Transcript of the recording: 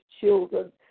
children